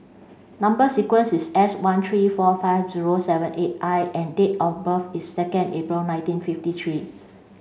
number sequence is S one three four five zero seven eight I and date of birth is second April nineteen fifty three